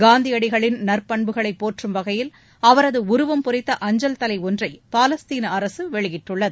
காந்தியடிகளின் நற்பண்புகளை போற்றும் வகையில் அவரது உருவம் பொறித்த அஞ்சல் தலை ஒன்றை பாலஸ்தீன அரசு வெளியிட்டுள்ளது